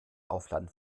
aufladen